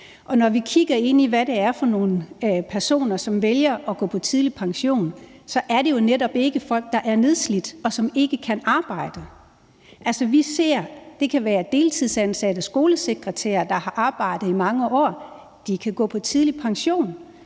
når vi kigger ind i, hvad det er for nogle personer, som vælger at gå på tidlig pension, kan vi se, at det netop ikke er folk, der er nedslidte, og som ikke kan arbejde. Det kan være deltidsansatte, skolesekretærer, der har arbejdet i mange år. De kan gå på tidlig pension.